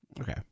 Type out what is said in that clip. Okay